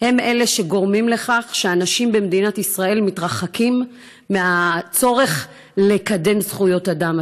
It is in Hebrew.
הן שגורמות לכך שהאנשים במדינת ישראל מתרחקים מהצורך לקדם זכויות אדם.